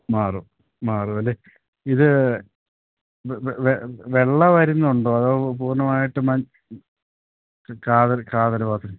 മാറും മാറുവല്ലെ ഇത് വെള്ള വരുന്നുണ്ടോ അതോ പൂർണ്ണമായിട്ടും കാതല് കാതല് ബാക്കി